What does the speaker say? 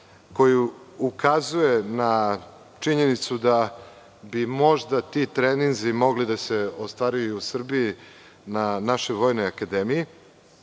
koji ukazuje na činjenicu da bi možda ti treninzi mogli da se ostvaruju u Srbiji na našoj Vojnoj akademiji.